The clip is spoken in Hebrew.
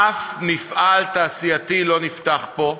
אף מפעל תעשייתי לא נפתח פה,